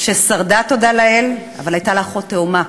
ששרדה תודה לאל, אבל הייתה לה אחות תאומה